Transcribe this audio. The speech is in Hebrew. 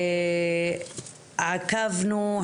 עקבנו,